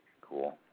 Cool